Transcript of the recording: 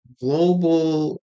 global